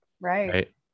right